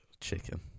chicken